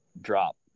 drop